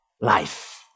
life